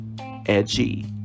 Edgy